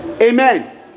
Amen